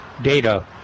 data